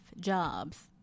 jobs